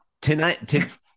tonight